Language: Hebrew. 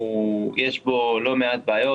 יש בו לא מעט בעיות,